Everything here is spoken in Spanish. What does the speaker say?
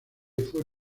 fue